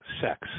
Sex